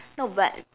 no but